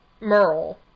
Merle